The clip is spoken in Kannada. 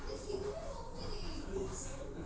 ತುಂತುರು ನೀರಾವರಿ ಎಂದರೇನು, ಉದಾಹರಣೆ ಕೊಡಿ?